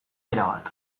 erabat